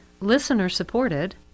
listener-supported